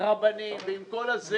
הרבנים ועם כולם.